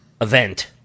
event